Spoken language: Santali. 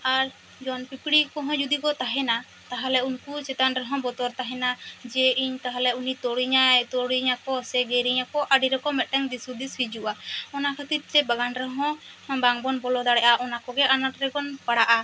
ᱟᱨ ᱡᱮᱢᱚᱱ ᱯᱤᱯᱲᱤᱡ ᱠᱚ ᱦᱚᱸ ᱡᱩᱫᱤ ᱠᱚ ᱛᱟᱦᱮᱱᱟ ᱛᱟᱦᱚᱞᱮ ᱩᱱᱠᱩ ᱪᱮᱛᱟᱱ ᱨᱮᱦᱚᱸ ᱵᱚᱛᱚᱨ ᱛᱟᱦᱮᱱᱟ ᱡᱮ ᱤᱧ ᱛᱟᱦᱚᱞᱮ ᱩᱱᱤ ᱛᱩᱲᱤᱧᱟᱹᱭ ᱛᱚᱲᱤᱧᱟᱹ ᱠᱚ ᱥᱮ ᱜᱮᱨᱮᱧᱟᱹ ᱠᱚ ᱟᱹᱰᱤ ᱨᱚᱠᱚᱢ ᱢᱤᱫᱴᱟᱱ ᱫᱤᱥ ᱦᱩᱫᱤᱥ ᱦᱤᱡᱩᱜᱼᱟ ᱚᱱᱟ ᱠᱷᱟᱹᱛᱤᱨ ᱛᱮ ᱵᱟᱜᱟᱱ ᱨᱮᱦᱚᱸ ᱵᱟᱝ ᱵᱚᱱ ᱵᱚᱞᱚ ᱫᱟᱲᱮᱭᱟᱜᱼᱟ ᱚᱱᱟ ᱠᱚᱜᱮ ᱟᱱᱟᱸᱴ ᱨᱮ ᱵᱚᱱ ᱯᱟᱲᱟᱜᱼᱟ